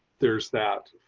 there's that.